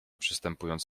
przestępując